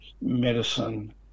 medicine